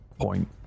point